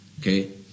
Okay